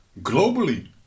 Globally